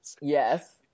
Yes